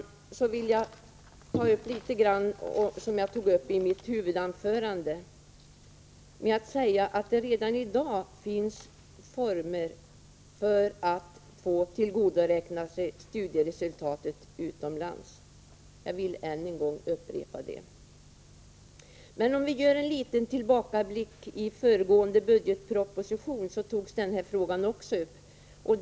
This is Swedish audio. Jag vill också ta upp litet av det jag berörde i mitt huvudanförande. Det finns redan i dag former för att man skall få tillgodoräkna sig studieresultat man tillägnat sig utomlands. Jag vill än en gång framhålla det. Men om vi gör en liten tillbakablick finner vi att den här frågan också togs upp i föregående budgetproposition.